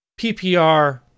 PPR